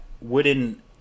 wooden